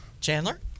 chandler